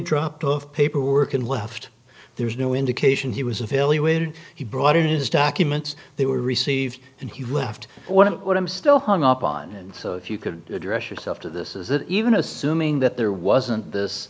dropped out of paperwork and left there's no indication he was a failure waited he brought it is documents they were received and he left one of them still hung up on and so if you could address yourself to this is that even assuming that there wasn't this